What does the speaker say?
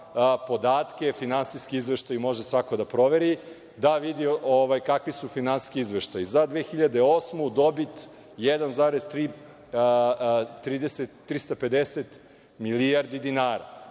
podatke, finansijski izveštaj može svako da proveri, da vidi kakvi su finansijski izveštaji. Za 2008. godinu, dobit 1,350 milijardi dinara,